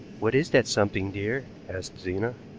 what is that something, dear? asked zena.